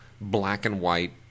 black-and-white